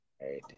right